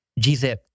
GZip